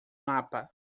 mapa